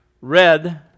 red